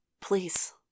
Please